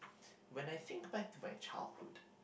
when I think back to my childhood